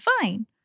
fine